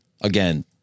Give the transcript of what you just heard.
again